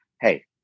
Hey